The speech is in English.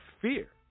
fear